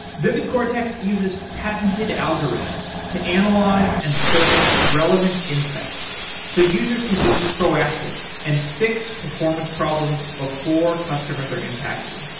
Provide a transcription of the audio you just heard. vividcortex uses patented algorithms to analyze and surface relevant insights so users can be proactive and fix performance problems before customers are impacted.